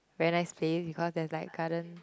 very nice place because there's like a garden